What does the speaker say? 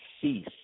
cease